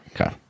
Okay